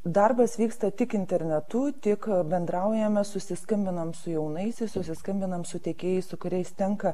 darbas vyksta tik internetu tik bendraujame susiskambinam su jaunaisiais susiskambinam su tiekėjais su kuriais tenka